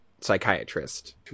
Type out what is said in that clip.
psychiatrist